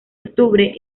octubre